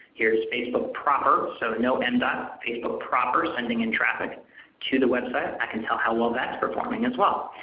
here is facebook proper, so no m, and facebook proper sending in traffic to the website. i can tell how well that is performing as well.